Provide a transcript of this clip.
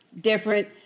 different